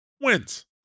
wins